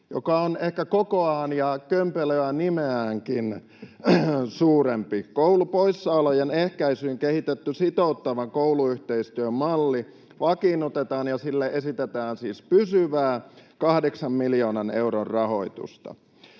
joka on ehkä kokoaan ja kömpelöä nimeäänkin suurempi: koulupoissaolojen ehkäisyyn kehitetty sitouttavan kouluyhteisötyön malli vakiinnutetaan ja sille esitetään siis pysyvää kahdeksan miljoonan euron rahoitusta.